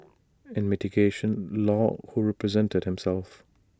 in mitigation law who represented himself